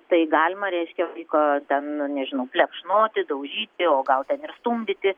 tai galima reiškia vaiko ten nežinau plekšnoti daužyti o gal ten ir stumdyti